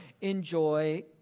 enjoy